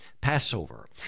Passover